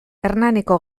hernaniko